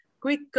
Quick